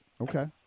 Okay